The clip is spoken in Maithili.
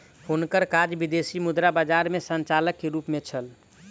हुनकर काज विदेशी मुद्रा बजार में संचालक के रूप में छल